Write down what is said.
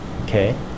okay